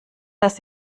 das